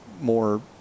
more